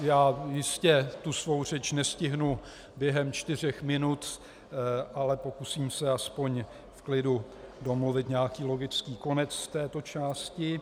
Já jistě svou řeč nestihnu během čtyř minut, ale pokusím se aspoň v klidu domluvit nějaký logický konec této části.